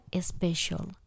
special